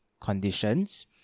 conditions